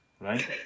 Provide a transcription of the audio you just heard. right